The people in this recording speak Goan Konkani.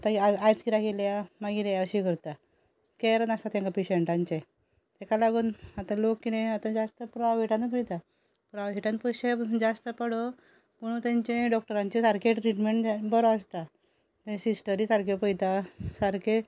आतां आयज किद्याक येयलें मागीर येया अशी करता कॅअर नासता तांकां पेशंटांचें ताका लागून आतां लोक कितें आतां जास्त प्रायवेटानूच वयता प्रायवेटान पयशे जास्त पडो पूण तांचें डॉक्टरांचें सारकें ट्रिटमेंट जाय बरो आसता सिस्टरी सारक्यो पळयता सारकें